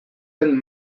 zen